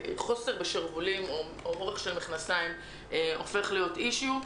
חוסר בשרוולים או אורך של מכנסיים הופך להיות אישיו.